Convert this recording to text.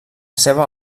seva